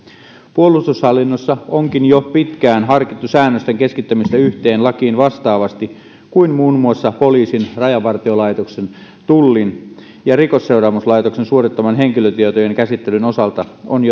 puolustushallinnossa onkin jo pitkään harkittu säännösten keskittämistä yhteen lakiin vastaavasti kuin muun muassa poliisin rajavartiolaitoksen tullin ja rikosseuraamuslaitoksen suorittaman henkilötietojen käsittelyn osalta on